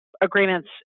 Agreements